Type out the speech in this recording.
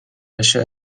بشه